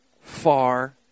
far